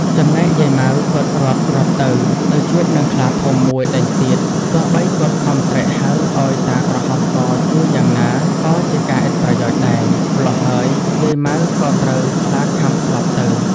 ចំណែកយាយ ម៉ៅ គាត់រត់ៗទៅ ទៅជួបនឹងខ្លាធំមួយដេញទៀត ទោះបីគាត់ខំស្រែកហៅ ឲ្យតាក្រហមកជួយយ៉ាងណា ក៏ជាការឥតប្រយោជន៍ដែរ ម៉្លោះហើយយាយ ម៉ៅ ក៏ត្រូវខ្លាខាំស្លាប់ទៅ ។